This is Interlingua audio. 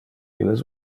illes